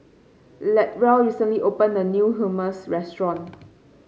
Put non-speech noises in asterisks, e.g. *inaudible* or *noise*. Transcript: Latrell recently opened a new Hummus restaurant *noise*